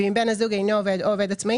ואם בן הזוג אינו עובד או עובד עצמאי,